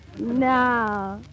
No